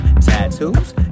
tattoos